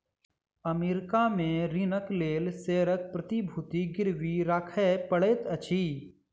America में ऋणक लेल शेयरक प्रतिभूति गिरवी राखय पड़ैत अछि